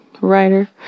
writer